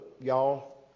y'all